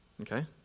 okay